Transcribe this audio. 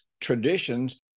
traditions